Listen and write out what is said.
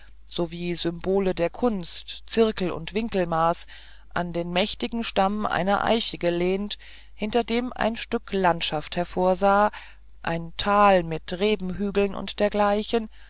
gewisse symbole der kunst zirkel und winkelmaß an den mächtigen stamm einer eiche gelehnt hinter dem ein stück landschaft hervorsah ein tal mit rebenhügeln und dergleichen